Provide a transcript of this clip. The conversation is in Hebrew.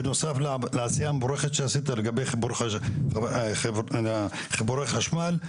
בנוסף לעשייה המבורכת שעשית לגבי חיבורי חשמל,